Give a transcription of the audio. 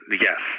yes